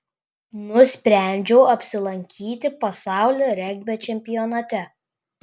nusprendžiau apsilankyti pasaulio regbio čempionate